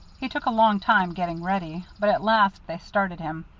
he took a long time getting ready, but at last they started him.